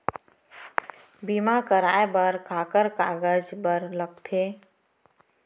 बीमा कराय बर काखर कागज बर लगथे?